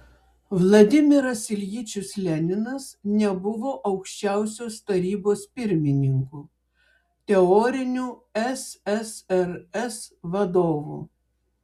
vladimiras iljičius leninas nebuvo aukščiausios tarybos pirmininku teoriniu ssrs vadovu